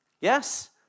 Yes